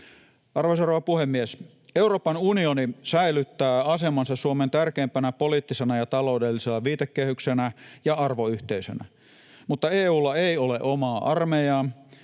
rouva puhemies! Euroopan unioni säilyttää asemansa Suomen tärkeimpänä poliittisena ja taloudellisena viitekehyksenä ja arvoyhteisönä, mutta EU:lla ei ole omaa armeijaa